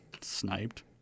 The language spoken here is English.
sniped